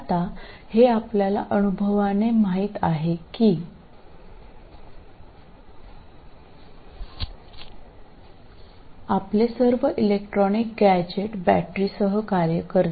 आता हे आपल्याला अनुभवाने माहित आहे की आपले सर्व इलेक्ट्रॉनिक गॅझेट बॅटरीसह कार्य करते